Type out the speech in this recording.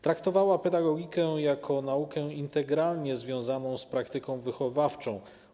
Traktowała pedagogikę jako naukę integralnie związaną z praktyką wychowawczą.